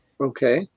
Okay